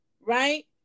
right